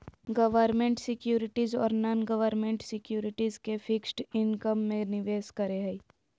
government securities ओरो non government securities के fixed income में निवेश करे हइ